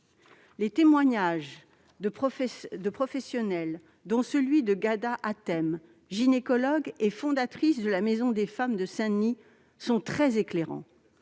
Les témoignages de professionnels, dont celui de Ghada Hatem, gynécologue et fondatrice de la Maison des femmes de Saint-Denis, sont très éclairants.